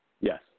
Yes